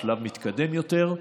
גם בשלב מתקדם יותר,